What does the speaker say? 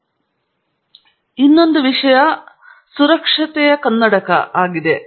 ಆದರೆ ನಾನು ಮಾತನಾಡಲು ಹೋಗುತ್ತಿರುವ ಮೂರನೆಯದು ಸುರಕ್ಷತೆ ಕನ್ನಡಕ ಸರಿಯಾಗಿದೆ